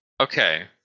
Okay